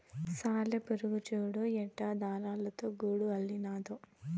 సాలెపురుగు చూడు ఎట్టా దారాలతో గూడు అల్లినాదో